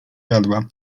jadła